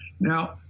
Now